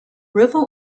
river